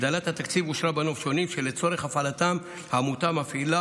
הגדלת התקציב אושרה בנופשונים שלצורך הפעלתם העמותה מפעילה